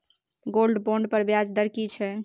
Gold bond पर ब्याज दर की छै?